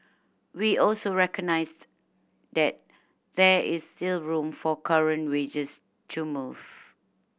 we also recognised that there is still room for current wages to move